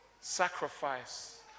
sacrifice